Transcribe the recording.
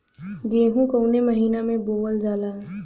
गेहूँ कवने महीना में बोवल जाला?